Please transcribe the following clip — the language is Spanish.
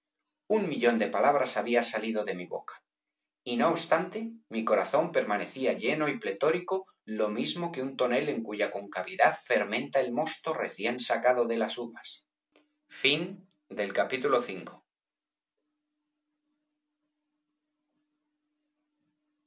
un millón de palabras había salido de mi boca y no obstante mi corazón permanecía lleno y pletórico lo mismo que un tonel en cuya concavidad fermenta el mosto recién sacado de las uvas